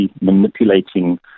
manipulating